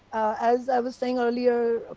as i was saying earlier,